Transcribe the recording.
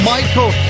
Michael